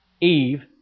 Eve